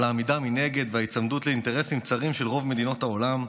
על העמידה מנגד וההיצמדות לאינטרסים צרים של רוב מדינות העולם,